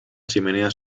chimenea